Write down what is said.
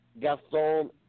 Gaston